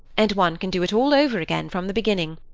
and one can do it all over again from the beginning,